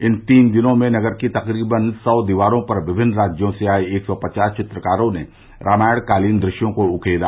इन तीन दिनों में नगर की तकरीबन सौ दीवारों पर विमिन्न राज्यों से आये एक सौ पवास वित्रकारों ने रामायणकालीन दृश्यों को उकेरा